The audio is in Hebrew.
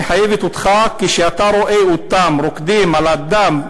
המחייבת אותך כשאתה רואה אותם רוקדים על הדם?